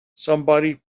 somebody